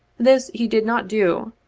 this he did not do,